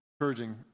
encouraging